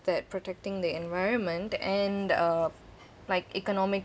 that protecting the environment and uh like economic